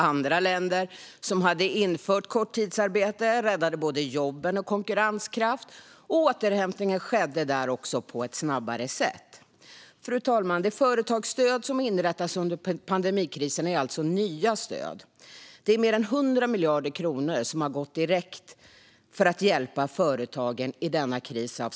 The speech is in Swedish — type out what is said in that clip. Andra länder som hade infört korttidsarbete räddade både jobben och konkurrenskraft, och återhämtningen skedde där på ett snabbare sätt. Fru talman! De företagsstöd som har inrättats under pandemikrisen är alltså nya stöd. Det är mer än 100 miljarder kronor av skattebetalarnas pengar som har gått direkt till att hjälpa företagen i denna kris.